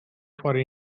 for